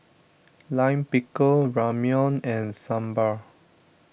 Lime Pickle Ramyeon and Sambar